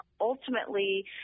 ultimately